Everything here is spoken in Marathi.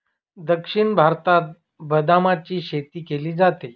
दक्षिण भारतात बदामाची शेती केली जाते